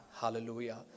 Hallelujah